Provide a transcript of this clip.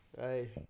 Hey